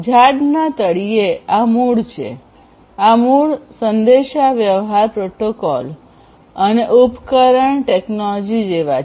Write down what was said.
ઝાડની તળિયે આ મૂળ છે આ મૂળ સંદેશાવ્યવહાર પ્રોટોકોલ અને ઉપકરણ ટેકનોલોજી જેવા છે